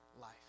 life